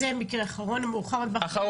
זה מקרה אחרון, מוחמד בכרי.